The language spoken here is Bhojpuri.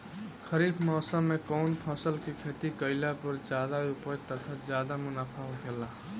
खरीफ़ मौसम में कउन फसल के खेती कइला पर ज्यादा उपज तथा ज्यादा मुनाफा होखेला?